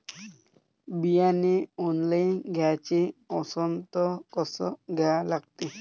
बियाने ऑनलाइन घ्याचे असन त कसं घ्या लागते?